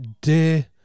dear